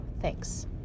thanks